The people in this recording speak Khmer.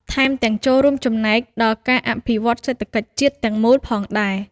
ថែមទាំងរួមចំណែកដល់ការអភិវឌ្ឍសេដ្ឋកិច្ចជាតិទាំងមូលផងដែរ។